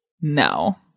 no